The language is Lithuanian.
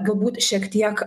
galbūt šiek tiek